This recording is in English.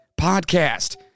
podcast